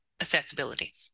accessibility